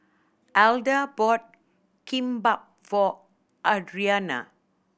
Alda bought Kimbap for Adrianna